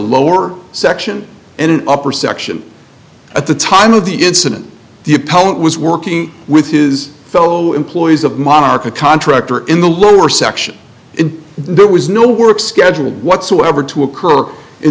lower section and an upper section at the time of the incident the appellant was working with his fellow employees of monarch a contractor in the lower section and there was no work scheduled whatsoever to occur in